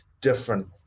different